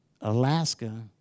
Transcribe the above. Alaska